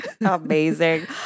amazing